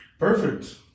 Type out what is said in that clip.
Perfect